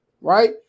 right